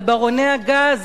גוננה בכל כוחה על ברוני הגז,